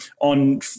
on